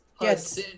Yes